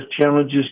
challenges